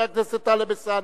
חבר הכנסת טלב אלסאנע.